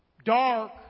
Dark